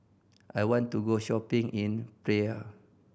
I want to go shopping in Praia